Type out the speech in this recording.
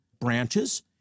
branches